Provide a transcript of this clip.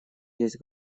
есть